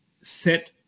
set